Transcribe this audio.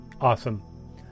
Awesome